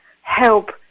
help